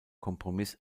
kompromiss